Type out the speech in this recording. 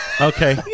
Okay